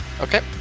Okay